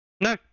No